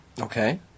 Okay